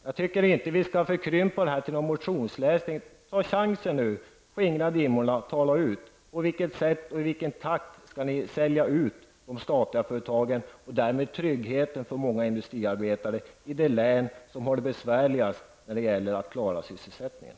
Jag tycker inte att vi skall förkrympa frågan till motionsläsning. Ta nu chansen, skingra dimmorna och tala ut! På vilket sätt och i vilken takt skall ni sälja ut de statliga företagen och därmed tryggheten för de många industriarbetare i det län som har det besvärligast att klara sysselsättningen?